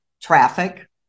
traffic